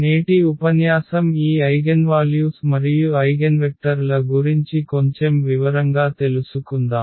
నేటి ఉపన్యాసం ఈ ఐగెన్వాల్యూస్ మరియు ఐగెన్వెక్టర్ ల గురించి కొంచెం వివరంగా తెలుసుకుందాం